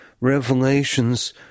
revelations